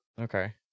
Okay